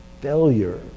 failure